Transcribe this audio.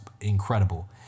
incredible